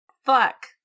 Fuck